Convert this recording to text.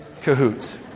cahoots